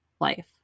life